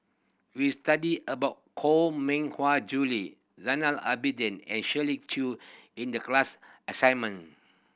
we studied about Koh Mui Hiang Julie Zainal Abidin and Shirley Chew in the class assignment